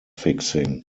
fixing